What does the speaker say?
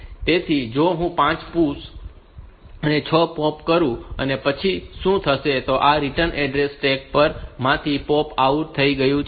તેથી જો હું 5 PUSH અને 6 POP કરું અને પછી શું થશે કે આ રીટર્ન એડ્રેસ પણ સ્ટેક માંથી POP OUT થઈ ગયું છે